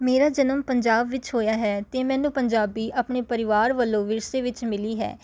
ਮੇਰਾ ਜਨਮ ਪੰਜਾਬ ਵਿੱਚ ਹੋਇਆ ਹੈ ਅਤੇ ਮੈਨੂੰ ਪੰਜਾਬੀ ਆਪਣੇ ਪਰਿਵਾਰ ਵੱਲੋਂ ਵਿਰਸੇ ਵਿੱਚ ਮਿਲੀ ਹੈ